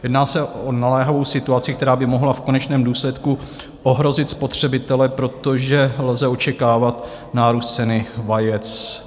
Jedná se o naléhavou situaci, která by mohla v konečném důsledku ohrozit spotřebitele, protože lze očekávat nárůst ceny vajec.